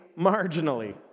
marginally